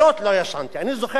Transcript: אני זוכר שבצעירותי,